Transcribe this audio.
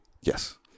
Yes